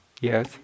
Yes